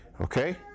Okay